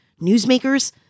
newsmakers